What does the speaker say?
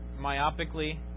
myopically